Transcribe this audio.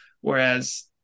Whereas